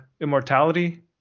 immortality